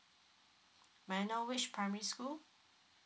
may I know which primary school